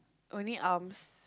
only arms